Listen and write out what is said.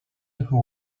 who